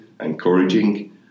encouraging